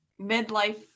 midlife